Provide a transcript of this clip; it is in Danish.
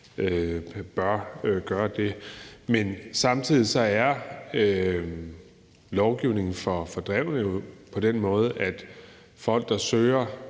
bør gøre det. Men samtidig er lovgivningen for fordrevne jo på den måde, at folk, der søger